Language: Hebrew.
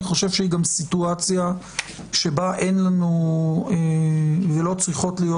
זאת סיטואציה שבה לא צריכות להיות